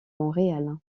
montréal